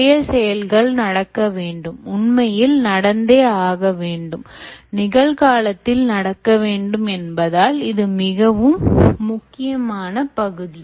நிறைய செயல்கள் நடக்க வேண்டும் உண்மையில் நடந்தே ஆக வேண்டும் நிகழ்காலத்தில் நடக்க வேண்டும் என்பதால் இது மிகவும் முக்கியமான பகுதி